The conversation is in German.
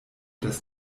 das